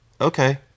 okay